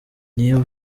niba